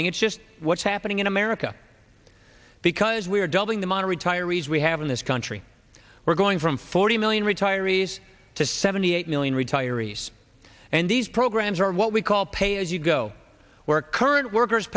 thing it's just what's happening in america because we're dumping them on retirees we have in this country we're going from forty million retirees to seventy eight million retirees and these programs are what we call pay as you go where current workers